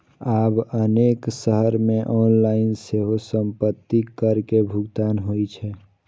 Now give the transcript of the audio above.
आब अनेक शहर मे ऑनलाइन सेहो संपत्ति कर के भुगतान होइ छै